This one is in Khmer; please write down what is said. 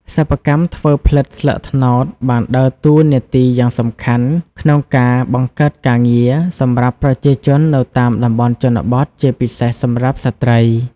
សិប្បកម្មធ្វើផ្លិតស្លឹកត្នោតបានដើរតួនាទីយ៉ាងសំខាន់ក្នុងការ បង្កើតការងារ សម្រាប់ប្រជាជននៅតាមតំបន់ជនបទ ជាពិសេសសម្រាប់ស្ត្រី។